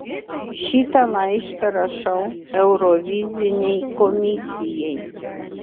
šitą laišką rašau eurovizinei komisijai